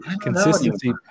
Consistency